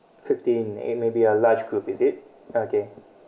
fifteen uh maybe a large group is it okay